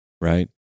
right